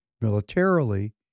militarily